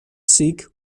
seek